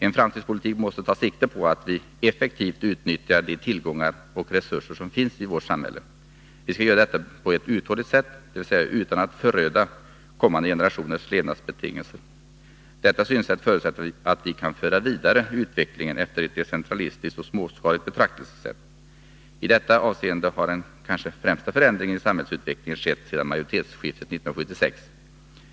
En framtidspolitik måste ta sikte på att vi effektivt utnyttjar de tillgångar och resurser som finns i samhället. Vi skall göra detta på ett uthålligt sätt, dvs. utan att föröda kommande generationers levnadsbetingelser. Detta synsätt förutsätter att vi kan föra utvecklingen vidare efter ett decentralistiskt och småskaligt betraktelsesätt. I detta avseende har den kanske främsta förändringen av samhällsutvecklingen skett sedan majoritetsskiftet 1976.